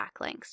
backlinks